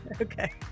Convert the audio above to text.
Okay